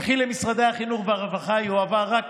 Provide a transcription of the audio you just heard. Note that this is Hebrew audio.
וכי למשרדי החינוך והרווחה יועבר רק